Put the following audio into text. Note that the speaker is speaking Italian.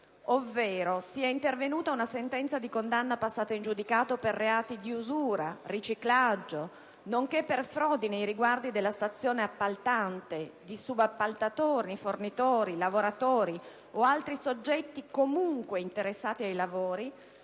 ovvero sia intervenuta una sentenza di condanna passata in giudicato per reati di usura, riciclaggio, nonché per frodi nei riguardi della stazione appaltante, di subappaltatori, fornitori, lavoratori o altri soggetti comunque interessati ai lavori,